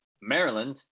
Maryland